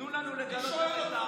תנו לנו לגלות לכם את,